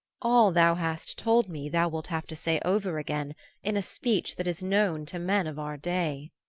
all thou hast told me thou wilt have to say over again in a speech that is known to men of our day.